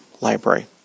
Library